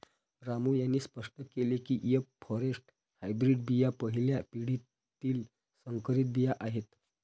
रामू यांनी स्पष्ट केले की एफ फॉरेस्ट हायब्रीड बिया पहिल्या पिढीतील संकरित बिया आहेत